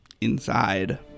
inside